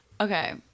okay